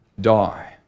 die